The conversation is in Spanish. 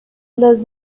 los